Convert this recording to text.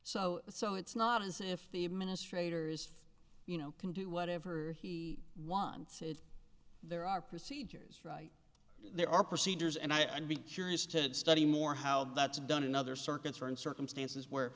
so so it's not as if the administrators you know can do whatever he wants it's there are procedures right there are procedures and i'd be curious to study more how that's done in other circuits are in circumstances where